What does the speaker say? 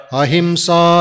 ahimsa